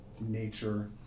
nature